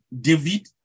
David